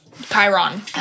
Chiron